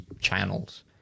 channels